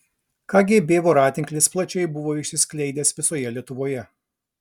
kgb voratinklis plačiai buvo išsiskleidęs visoje lietuvoje